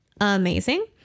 amazing